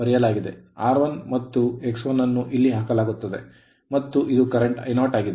R1 ಮತ್ತು X1 ಅನ್ನು ಇಲ್ಲಿ ಹಾಕಲಾಗುತ್ತದೆ ಮತ್ತು ಇದು ಪ್ರಸ್ತುತ I0 ಆಗಿದೆ